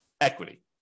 equity